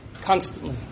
constantly